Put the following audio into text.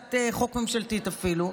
כהצעת חוק ממשלתית אפילו,